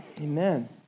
Amen